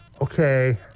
okay